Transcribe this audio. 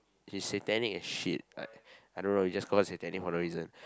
she's satanic as shit I I don't know we just call her satanic for no reason